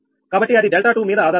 కాబట్టి అది 𝛿2 మీద ఆధారపడదు